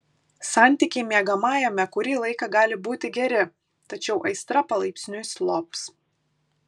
santykiai miegamajame kurį laiką gali būti geri tačiau aistra palaipsniui slops